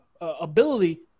ability